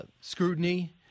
scrutiny